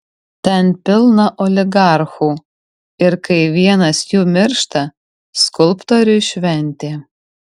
ten pilna oligarchų ir kai vienas jų miršta skulptoriui šventė